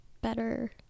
better